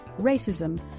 racism